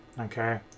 okay